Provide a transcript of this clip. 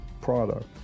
product